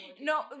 no